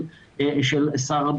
של שר הביטחון.